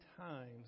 times